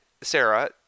Sarah